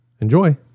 Enjoy